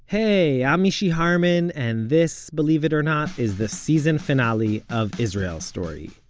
hey, i'm mishy harman, and this believe it or not is the season finale of israel story.